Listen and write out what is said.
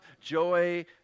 joy